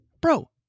bro